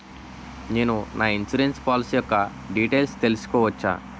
నేను నా insurance policy యెక్క డీటైల్స్ తెల్సుకోవచ్చా?